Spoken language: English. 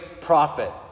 prophet